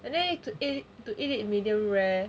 and then you a to eat it medium rare